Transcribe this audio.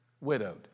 widowed